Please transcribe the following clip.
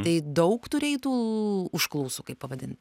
tai daug turėjai tų užklausų kaip pavadint